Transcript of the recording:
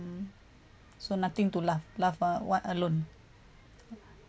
mm so nothing to laugh laugh ah what alone